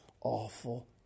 awful